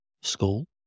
school